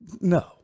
No